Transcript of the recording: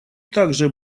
также